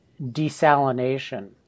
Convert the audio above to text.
desalination